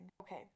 Okay